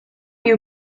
you